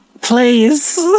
please